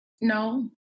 No